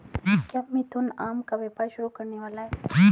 क्या मिथुन आम का व्यापार शुरू करने वाला है?